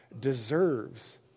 deserves